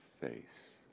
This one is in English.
face